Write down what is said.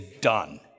done